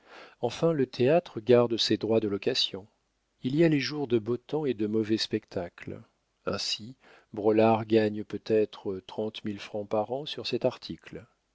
enfin le théâtre garde ses droits de location il y a les jours de beau temps et de mauvais spectacles ainsi braulard gagne peut-être trente mille francs par an sur cet article